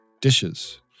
dishes